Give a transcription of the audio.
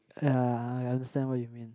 ya I understand what you mean